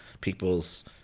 people's